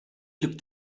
looked